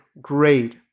great